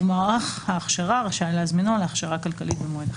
ומערך ההכשרה רשאי להזמינו להכשרה כלכלית במועד אחר.